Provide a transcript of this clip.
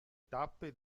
tappe